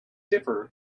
differ